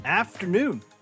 Afternoon